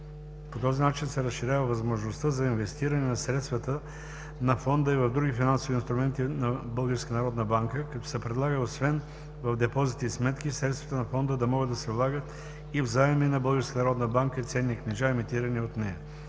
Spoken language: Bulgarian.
По този начин се разширява възможността за инвестиране на средства на фонда и в други финансови инструменти на БНБ, като се предлага освен в депозити и сметки, средствата на Фонда да могат да се влагат и в заеми на БНБ и ценни книжа, емитирани от нея.